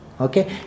Okay